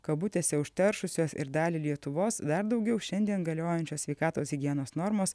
kabutėse užteršusios ir dalį lietuvos dar daugiau šiandien galiojančios sveikatos higienos normos